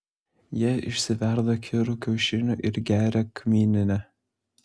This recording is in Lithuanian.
jie išsiverda kirų kiaušinių ir geria kmyninę